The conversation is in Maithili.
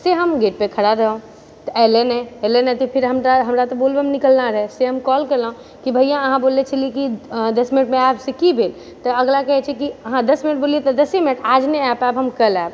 से हम गेट पे खड़ा रहौ तऽ एलै नही एलै नहि तऽ फेर हमरा तऽ बोलबम निकलना रहै से हम कॉल केलहुँ कि भैया अहाँ बोलले छली कि दश मिनटमे आएब से की भेल अगला कहै छै कि अहाँ दश मिनट बोललिऐ तऽ दशे मिनट आज नहि आ पाएब हम कल आएब